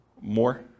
More